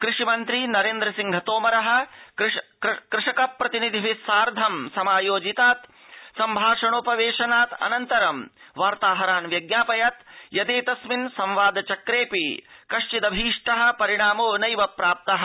कृषि मन्त्री नरेन्द्र सिंह तोमर कृषक प्रतिनिधिभिः सार्थं समायोजितात् सम्भाषणोप वेशनाद् अनन्तरं वार्ताहरान् व्यज्ञापयत् यदेतस्मिन् संवाद चक्रेऽपि कथ्चिदभीष्टः परिणामो नैव प्राप्तः